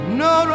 no